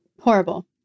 horrible